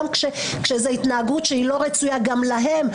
זו התנהגות שיא לא רצויה גם להם.